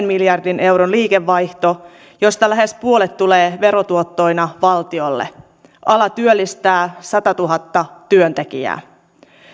miljardin euron liikevaihto josta lähes puolet tulee verotuottoina valtiolle ala työllistää satatuhatta työntekijää